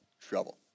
trouble